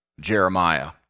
Jeremiah